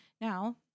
Now